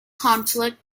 conflict